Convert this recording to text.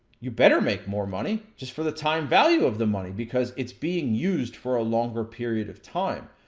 you better make more money, just for the time value of the money. because it's being used for a longer period of time.